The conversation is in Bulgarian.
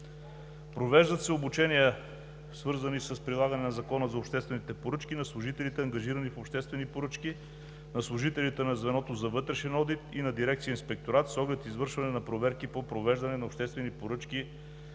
Провеждат се обучения, свързани с прилагане на Закона за обществените поръчки на служителите, ангажирани в обществени поръчки, на служителите на Звеното за вътрешен одит и на дирекция „Инспекторат“ с оглед извършване на проверки по провеждане на обществени поръчки